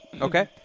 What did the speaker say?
Okay